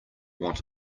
want